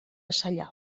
zaila